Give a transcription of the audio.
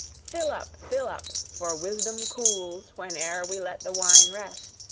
fill up, fill up, for wisdom cools when e'er we let the wine rest.